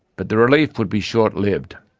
but the relief would be short-lived.